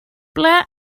ble